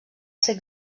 ser